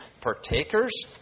Partakers